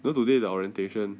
you know today the orientation